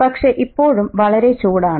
പക്ഷേ ഇപ്പോഴും വളരെ ചൂടാണ്